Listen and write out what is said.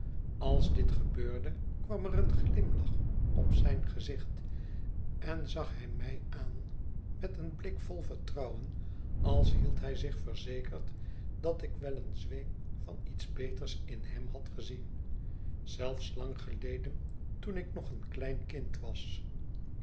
als dit gebeurde kwam er een glimlach op zijn gezicht en zag hij mij aan met een blik vol vertrouwen als hield hij zich verzekerd dat ik wel een zweem van iets beters in hem had gezien zelfs lang geleden toen ik nog een klein kind was